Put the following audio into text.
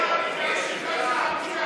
הבטחת הכנסה מקבלים?